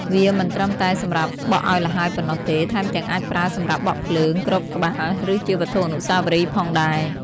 វាមិនត្រឹមតែសម្រាប់បក់ឱ្យល្ហើយប៉ុណ្ណោះទេ ថែមទាំងអាចប្រើសម្រាប់បក់ភ្លើង គ្របក្បាល ឬជាវត្ថុអនុស្សាវរីយ៍ផងដែរ។